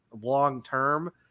long-term –